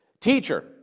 Teacher